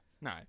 no